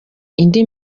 indi